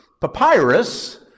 papyrus